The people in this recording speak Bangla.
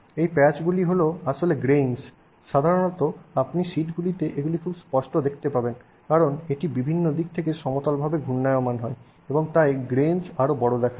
এই প্যাচগুলি হলো আসলে গ্রেইনস সাধারণত আপনি শীটগুলিতে এগুলিকে খুব স্পষ্ট দেখতে পাবেন কারণ এটি বিভিন্ন দিক থেকে সমতলভাবে ঘূর্ণায়মান হয় এবং তাই গ্রেইনস আরও বড় দেখায়